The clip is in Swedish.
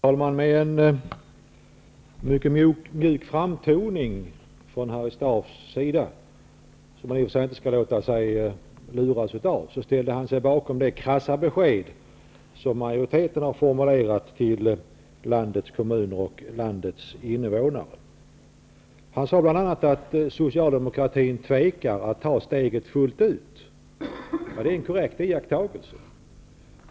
Herr talman! Harry Staaf ställer sig med en mycket mjuk framtoning, som man inte skall låta sig luras av, bakom det krassa besked som utskottsmajoriteten har formulerat till landets kommuner och innevånare. Han sade bl.a. att Socialdemokraterna tvekar att ta steget fullt ut. Det är en korrekt iakttagelse.